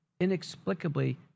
inexplicably